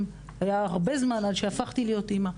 גם שעבר הרבה זמן עד שהפכתי להיות אמא.